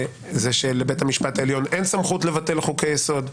שלבית המשפט העליון אין סמכות לבטל חוקי יסוד.